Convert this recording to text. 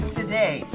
today